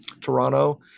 Toronto